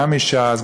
גם מש"ס,